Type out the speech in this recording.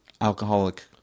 alcoholic